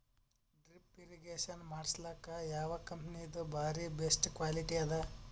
Drip irrigation ಮಾಡಸಲಕ್ಕ ಯಾವ ಕಂಪನಿದು ಬಾರಿ ಬೆಸ್ಟ್ ಕ್ವಾಲಿಟಿ ಅದ?